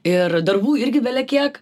ir darbų irgi belekiek